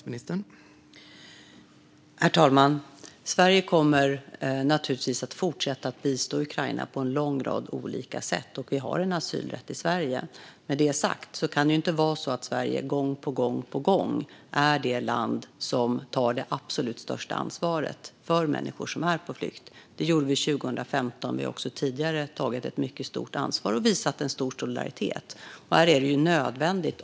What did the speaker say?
Herr talman! Sverige kommer naturligtvis att fortsätta att bistå Ukraina på en lång rad olika sätt, och vi har en asylrätt i Sverige. Med det sagt kan det dock inte vara så att Sverige gång på gång är det land som tar det absolut största ansvaret för människor som är på flykt. Det gjorde vi 2015, och vi har också tidigare tagit ett mycket stort ansvar och visat stor solidaritet.